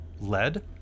lead